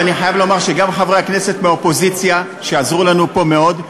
ואני חייב לומר שגם חברי הכנסת מהאופוזיציה עזרו לנו פה מאוד,